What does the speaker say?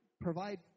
provide